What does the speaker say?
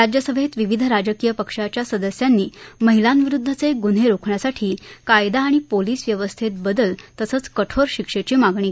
राज्यसभेत विविध राजकीय पक्षाच्या सदस्यांनी महिलांविरुदधचे गून्हे रोखण्यासाठी कायदा आणि पोलीस व्यवस्थेत बदल तसंच कठोर शिक्षेची मागणी केली